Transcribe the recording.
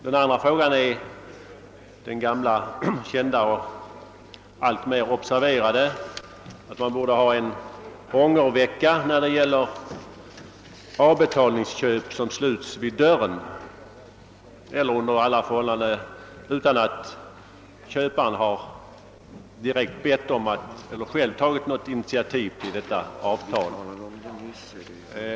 Den andra frågan är den gamla kända och alltmer observerade, att man borde ha en ångervecka vid avbetalningsköp som sluts vid dörren eller under alla förhållanden utan att köparen själv har tagit initiativ till avtal om avbetalningsköp.